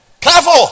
Careful